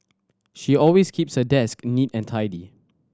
she always keeps her desk neat and tidy